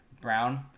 brown